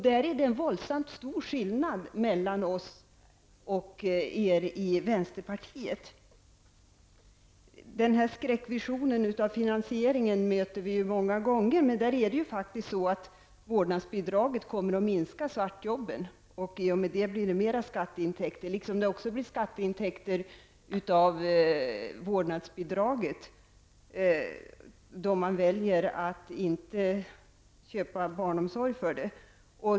Det är ingen våldsamt stor skillnad mellan oss och er i vänsterpartiet. Skräckvisionen av finansieringen möter vi många gånger. Men det är faktiskt så att vårdnadsbidragen kommer att minska svartjobben. I och med det blir det mera skatteintäker, liksom det också blir skatteintäker av vårdnadsbidraget, då man väljer att inte köpa barnomsorg för det.